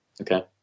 Okay